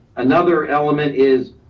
another element is